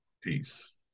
Peace